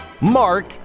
Mark